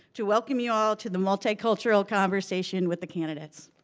to welcome you all to the multicultural conversation with the candidates.